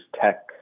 tech